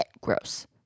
Gross